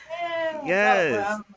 yes